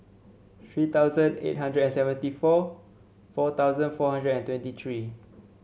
three thousand eight hundred and seventy four four thousand four hundred and twenty three